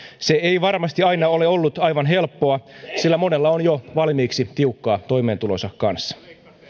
se ei varmasti aina ole ollut aivan helppoa sillä monella on jo valmiiksi tiukkaa toimeentulonsa kanssa